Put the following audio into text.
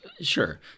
Sure